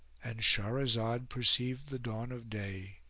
and shahrazad perceived the dawn of day,